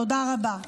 תודה רבה.